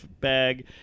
bag